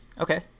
Okay